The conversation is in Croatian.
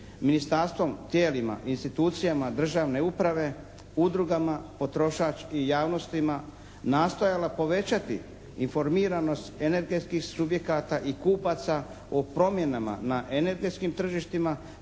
ministarstvom, tijelima, institucijama Državne uprave, udrugama potrošačkim i javnostima, nastojala povećati informiranost energetskih subjekata i kupaca o promjenama na energetskim tržištima